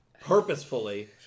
Purposefully